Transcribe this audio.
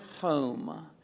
home